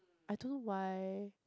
I don't know why